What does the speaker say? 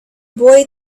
boy